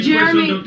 Jeremy